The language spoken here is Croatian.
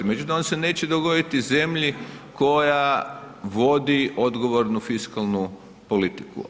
Međutim, on se neće dogoditi zemlji koja vodi odgovornu fiskalnu politiku.